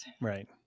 Right